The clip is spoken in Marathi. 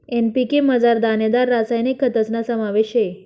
एन.पी.के मझार दानेदार रासायनिक खतस्ना समावेश शे